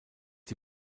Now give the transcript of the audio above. die